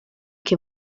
che